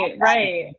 right